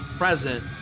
present